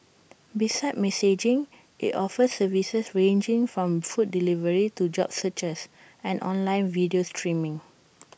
besides messaging IT offers services ranging from food delivery to job searches and online video streaming